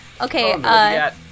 Okay